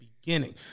beginning